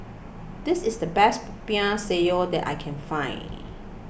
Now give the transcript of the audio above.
this is the best Popiah Sayur that I can find